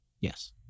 Yes